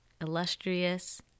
illustrious